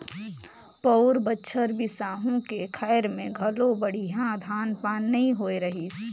पउर बछर बिसाहू के खायर में घलो बड़िहा धान पान नइ होए रहीस